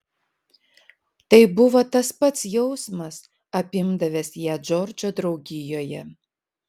tai buvo tas pats jausmas apimdavęs ją džordžo draugijoje